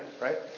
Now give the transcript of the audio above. right